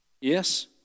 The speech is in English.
Yes